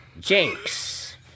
Jinx